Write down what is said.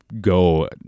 go